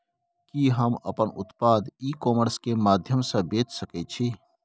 कि हम अपन उत्पाद ई कॉमर्स के माध्यम से बेच सकै छी?